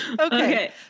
Okay